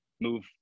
move